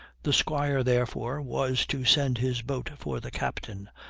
the squire, therefore, was to send his boat for the captain,